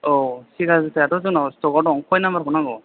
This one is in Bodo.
औ सेगा जुथाआथ' जोंनाव स्टकआव दं खय नाम्बारखौ नांगौ